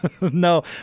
No